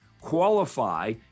qualify